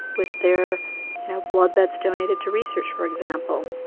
with their you know blood that's donated to research for example.